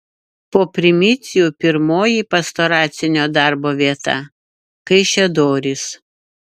po primicijų pirmoji pastoracinio darbo vieta kaišiadorys